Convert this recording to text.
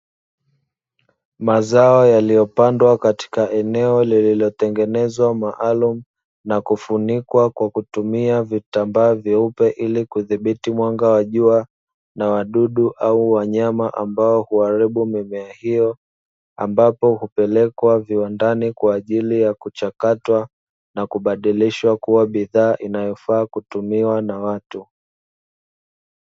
Mazao yaliyopandwa katika eneo lililotengenezwa maalumu na kufunikwa kwa kutumia vitambaa vyeupe ili kudhibiti mwanga wa jua na wadudu au wanyama ambao huaribu mimea hiyo, ambapo hupelekwa viwandani kwaajili ya kuchakatwa na kubadilisha kuwa bidhaa inayofaa kutumia na watu.